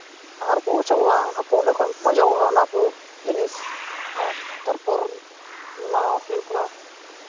ᱟᱨ ᱠᱚ ᱚᱪᱚᱜᱚᱜᱼᱟ ᱚᱱᱟ ᱠᱚ ᱚᱸᱰᱮ ᱠᱷᱚ ᱱ ᱢᱚᱡᱚᱜᱚᱜᱼᱟ ᱚᱱᱟ ᱠᱚ ᱡᱤᱱᱤᱥ ᱟᱨ ᱛᱟᱨᱯᱚᱨ ᱮᱢᱟᱣ ᱦᱩᱭᱩᱜ ᱠᱟᱱᱟ